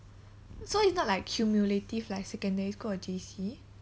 so it's not like cumulative like secondary school or J_C